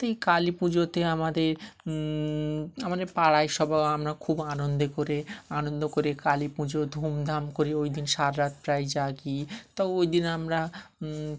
তো এই কালী পুজোতে আমাদের আমাদের পাড়ায় সবাই আমরা খুব আনন্দে করে আনন্দ করে কালী পুজো ধুমধাম করে ওই দিন সারারাত প্রায় জাগি তা ওইদিন আমরা